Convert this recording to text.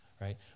right